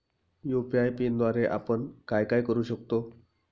UPI पिनद्वारे आपण काय काय करु शकतो?